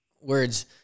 Words